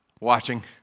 watching